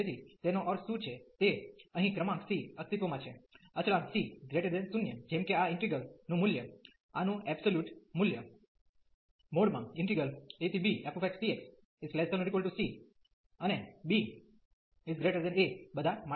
તેથી તેનો અર્થ શું છે કે અહીં ક્રમાંક C અસ્તિત્વમાં છે અચળાંક C 0 જેમ કે આ ઈન્ટિગ્રલ નું મૂલ્ય આનું એબ્સોલ્યુટ મૂલ્ય abfxdx≤C અને ba બધા માટે